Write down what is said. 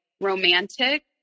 romantic